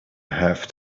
half